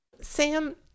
Sam